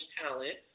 talent